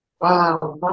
wow